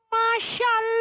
asha?